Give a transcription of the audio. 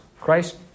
Christ